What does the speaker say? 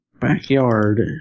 backyard